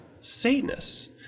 Satanists